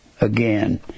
again